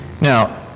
Now